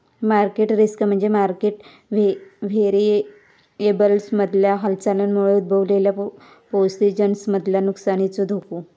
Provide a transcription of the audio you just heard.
market risk म्हणजे market व्हेरिएबल्समधल्या हालचालींमुळे उद्भवलेल्या पोझिशन्समधल्या नुकसानीचो धोको